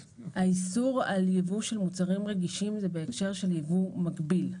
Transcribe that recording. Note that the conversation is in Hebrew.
האיסור על יבוא של מוצרים רגישים הוא בהקשר של יבוא מקביל.